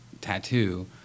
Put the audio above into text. tattoo